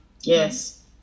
Yes